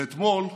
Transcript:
ואתמול,